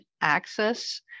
access